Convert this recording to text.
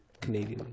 Canadian